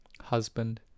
husband